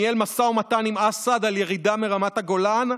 ניהל משא ומתן עם אסד על ירידה מרמת הגולן,